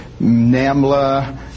NAMLA